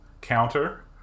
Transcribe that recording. counter